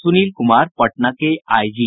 सुनील कुमार पटना के आईजी